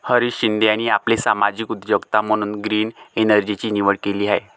हरीश शिंदे यांनी आपली सामाजिक उद्योजकता म्हणून ग्रीन एनर्जीची निवड केली आहे